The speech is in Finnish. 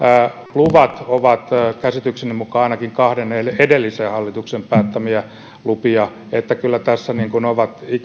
luvat ovat käsitykseni mukaan ainakin kahden edellisen hallituksen päättämiä lupia niin että kyllä tässä ovat